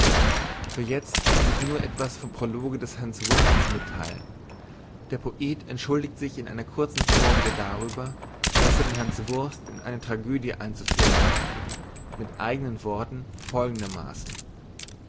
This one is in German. für jezt will ich nur etwas vom prologe des hanswurstes mittheilen der poet entschuldigt sich in einer kurzen vorrede darüber daß er den hanswurst in eine tragödie einzuführen wagte mit eigenen worten folgendermaßen